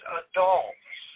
adults